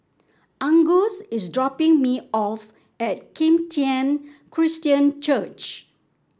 Angus is dropping me off at Kim Tian Christian Church